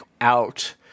out